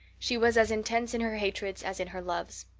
she was as intense in her hatreds as in her loves.